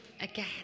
again